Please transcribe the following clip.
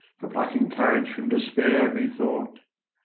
for plucking courage from despair methought,